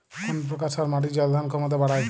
কোন প্রকার সার মাটির জল ধারণ ক্ষমতা বাড়ায়?